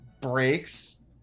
breaks